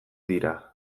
dira